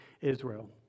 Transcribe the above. Israel